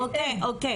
אוקיי,